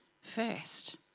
first